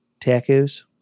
Tacos